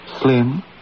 Slim